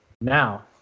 now